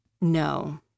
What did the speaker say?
No